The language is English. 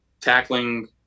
tackling